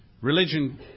religion